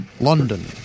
London